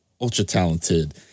ultra-talented